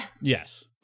Yes